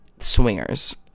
Swingers